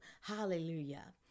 Hallelujah